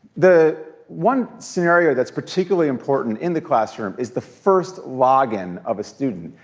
the one scenario that's particularly important in the classroom is the first login of a student.